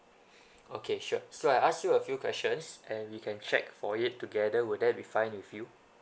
okay sure so I'll ask you a few questions and you can check for it together would that be fine with you